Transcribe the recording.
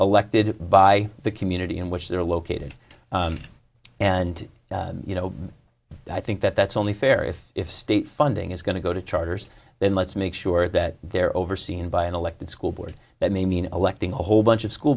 elected by the community in which they're located and you know i think that that's only fair if if state funding is going to go to charters then let's make sure that they're overseen by an elected school board that may mean electing a whole bunch of school